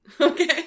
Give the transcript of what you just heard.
Okay